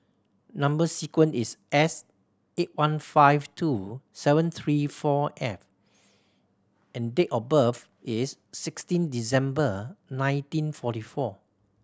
number sequence is S eight one five two seven three four F and date of birth is sixteen December nineteen forty four